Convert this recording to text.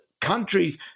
countries